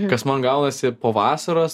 kas man gaunasi po vasaros